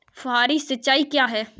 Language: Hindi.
फुहारी सिंचाई क्या है?